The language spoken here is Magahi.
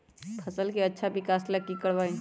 फसल के अच्छा विकास ला की करवाई?